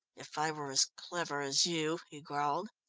if i were as clever as you he growled.